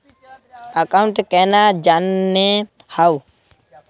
Account केना जाननेहव?